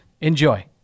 Enjoy